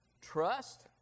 trust